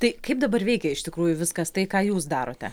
tai kaip dabar veikia iš tikrųjų viskas tai ką jūs darote